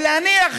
ולהניח